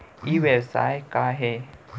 ई व्यवसाय का हे?